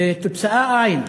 ותוצאה אין.